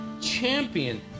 champion